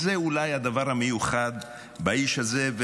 זה אולי הדבר המיוחד באיש הזה.